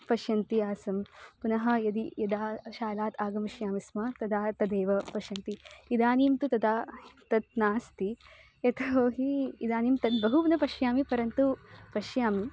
पश्यन्ती आसं पुनः यदि यदा शालात् आगमिष्यामि स्म तदा तदेव पश्यन्ती इदानीं तु तदा तत् नास्ति यतो हि इदानीं तद् बहु न पश्यामि परन्तु पश्यामि